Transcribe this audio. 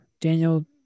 Daniel